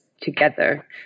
together